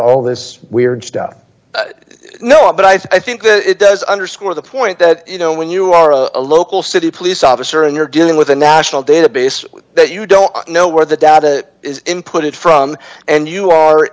all this weird stuff no i but i think it does underscore the point that you know when you are a local city police officer and you're dealing with a national database that you don't know where the data is input it from and you are